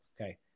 Okay